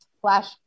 flash